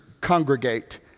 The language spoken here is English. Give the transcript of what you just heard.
congregate